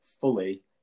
fully